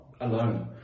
alone